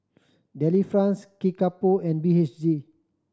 Delifrance Kickapoo and B H G